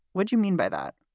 would you mean by that?